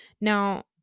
Now